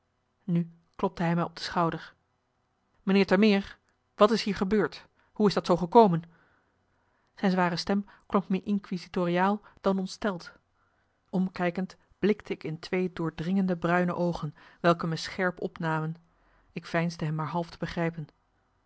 nu klopte hij mij op de schouder meneer termeer wat is hier gebeurd hoe is dat zoo gekomen zijn zware stem klonk meer inquisitoriaal dan ontsteld omkijkend blikte ik in twee doordringende bruine oogen welke me scherp opnamen ik veinsde hem maar half te begrijpen